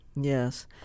Yes